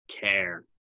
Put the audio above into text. care